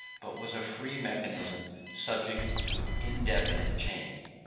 but was a free mechanism subject to indefinite change.